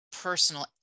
personal